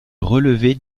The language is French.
relevait